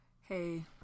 Hey